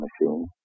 machine